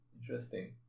Interesting